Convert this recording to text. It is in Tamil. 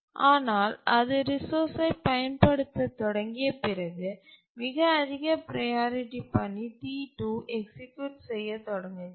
ஆனால் அது ரிசோர்ஸ்சை பயன்படுத்தத் தொடங்கிய பிறகு மிக அதிக ப்ரையாரிட்டி பணி T2 எக்சிக்யூட் செய்யத் தொடங்குகிறது